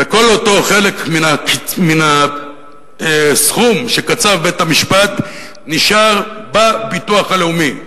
וכל אותו חלק מן הסכום שקצב בית-המשפט נשאר בביטוח הלאומי.